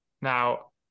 now